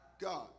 God